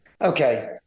okay